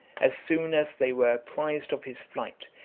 as soon as they were apprised of his flight,